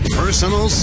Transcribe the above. personal